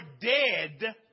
dead